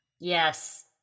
Yes